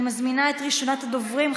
אני מזמינה את ראשונת הדוברים,